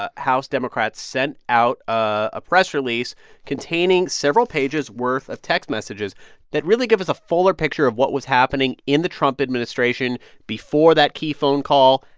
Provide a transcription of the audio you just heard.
ah house democrats sent out a press release containing several pages worth of text messages that really give us a fuller picture of what was happening in the trump administration before that key phone call,